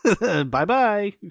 Bye-bye